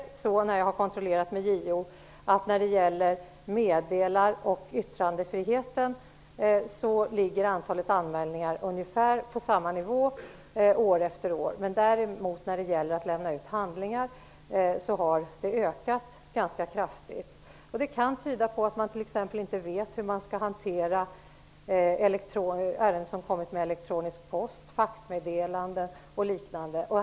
Jag har hos JO kontrollerat att antalet anmälningar vad gäller meddelar och yttrandefriheten ligger på ungefär samma nivå år efter år. När det däremot gäller utlämnande av handlingar har antalet anmälningar ökat ganska kraftigt. Det kan tyda på att man exempelvis inte vet hur ärenden som kommer med elektronisk post samt faxmeddelanden och liknande skall hanteras.